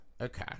Okay